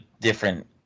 different